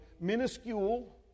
minuscule